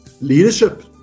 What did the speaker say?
Leadership